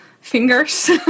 fingers